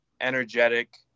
energetic